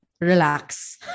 relax